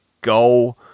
go